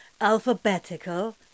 Alphabetical